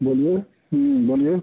बोलिए बोलिए